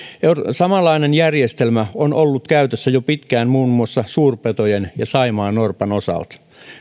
samanlainen järjestelmä on ollut käytössä jo pitkään muun muassa suurpetojen ja saimaannorpan osalta